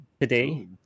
today